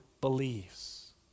believes